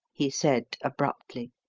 he said abruptly.